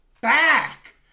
back